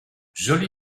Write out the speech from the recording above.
joli